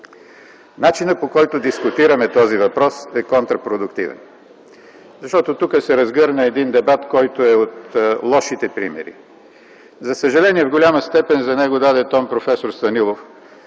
Начинът, по който дискутираме този въпрос, е контрапродуктивен, защото тук се разгърна един дебат, който е от лошите примери. За съжаление в голяма степен за него даде тон проф. Станилов,